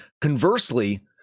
Conversely